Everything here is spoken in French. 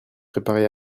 préparer